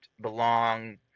belong